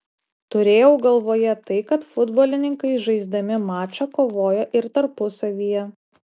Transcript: turėjau galvoje tai kad futbolininkai žaisdami mačą kovoja ir tarpusavyje